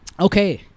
Okay